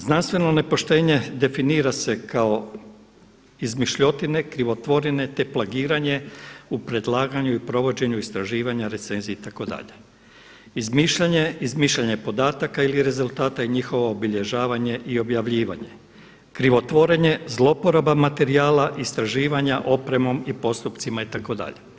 Znanstveno nepoštenje definira se kao izmišljotine, krivotvorine te plagiranje u predlaganju i provođenju istraživanja, recenzije itd., izmišljanje podataka ili rezultata i njihovo obilježavanje i objavljivanje, krivotvorenje, zloporaba materijala istraživanja opremom i postupcima itd.